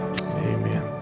amen